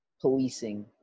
policing